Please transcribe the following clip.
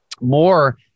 more